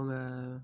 அவங்க